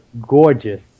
gorgeous